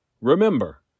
Remember